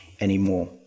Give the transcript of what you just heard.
anymore